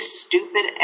stupid